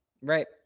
Right